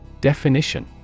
definition